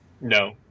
no